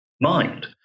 mind